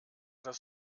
das